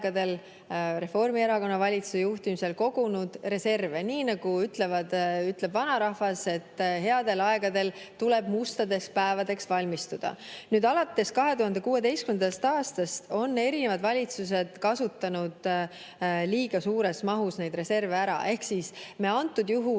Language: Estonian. Reformierakonna valitsuse juhtimisel kogunud reserve. Nii nagu ütleb vanarahvas, et headel aegadel tuleb valmistuda mustadeks päevadeks. Alates 2016. aastast on eri valitsused kasutanud liiga suures mahus neid reserve ära. Me antud juhul